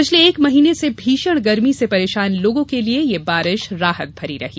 पिछले एक महीने से भीषण गर्मी से परेशान लोगों के लिए यह बारिश राहत भरी रही